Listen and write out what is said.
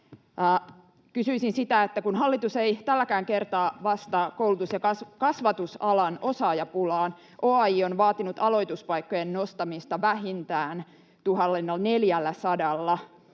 Kysyisin sitä, että kun hallitus ei tälläkään kertaa vastaa koulutus- ja kasvatusalan osaajapulaan — OAJ on vaatinut aloituspaikkojen nostamista vähintään 1